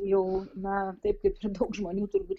jau na taip kaip ir daug žmonių turbūt